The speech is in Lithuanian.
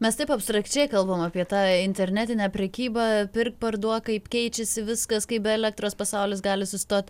mes taip abstrakčiai kalbam apie tą internetinę prekybą pirk parduok kaip keičiasi viskas kaip be elektros pasaulis gali sustot